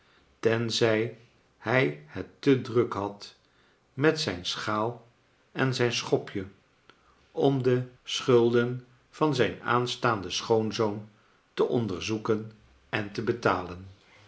tenzij hij het te druk had met zijn scha al en zijn scliopjej om de schalcharles dickens den van zijn aanstaanden schoonzoon te onderzoeken en te betalen